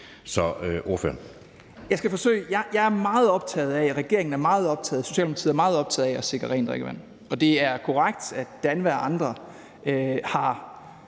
Madsen (S): Jeg skal forsøge. Jeg er meget optaget af, regeringen er meget optaget af, og Socialdemokratiet er meget optaget af at sikre rent drikkevand. Og det er korrekt, at DANVA og andre